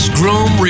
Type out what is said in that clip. groom